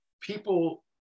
people